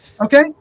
Okay